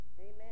Amen